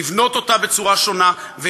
לבנות אתה בצורה שונה,